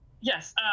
yes